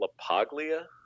Lapaglia